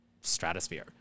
stratosphere